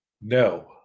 No